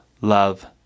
love